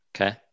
Okay